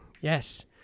Yes